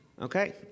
Okay